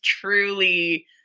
truly